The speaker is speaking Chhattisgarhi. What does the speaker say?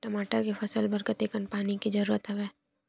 टमाटर के फसल बर कतेकन पानी के जरूरत हवय?